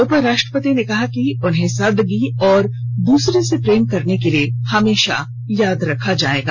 उपराष्ट्रपति ने कहा कि उन्हें सादगी और दूसरे से प्रेम करने के लिए हमेशा याद किया जाएगा